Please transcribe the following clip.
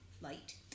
light